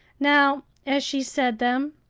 now, as she said them,